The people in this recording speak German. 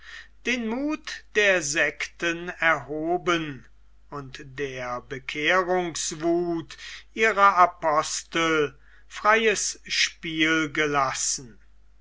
den muth der sekten erhoben und der bekehrungswuth ihrer apostel freies spiel gelassen